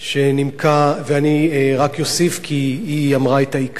שנימקה, ואני רק אוסיף, כי היא אמרה את העיקר.